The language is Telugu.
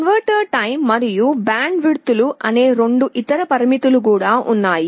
కన్వర్షన్ టైం మరియు బ్యాండ్ విడ్త్ అనే రెండు ఇతర పరిమితులు కూడా వున్నాయి